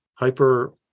hyper